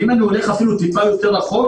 ואם אני הולך אפילו טיפה יותר רחוק